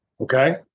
okay